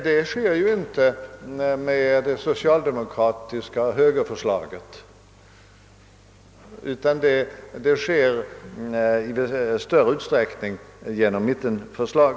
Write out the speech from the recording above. Det sker inte vid bifall till det socialdemokratiska förslaget och högerförslaget men i viss utsträckning vid ett genomförande av mittenpartiernas förslag.